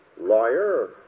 lawyer